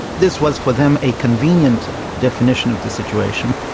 this was for them a convenient definition of the situation,